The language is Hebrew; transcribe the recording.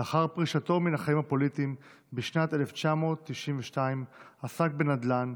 לאחר פרישתו מן החיים הפוליטיים בשנת 1992 עסק בנדל"ן,